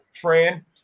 friend